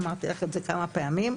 אמרתי לך את זה כמה פעמים,